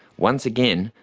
once again,